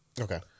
Okay